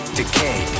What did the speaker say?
decay